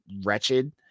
wretched